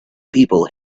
people